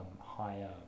higher